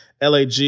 LAG